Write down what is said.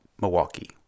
Milwaukee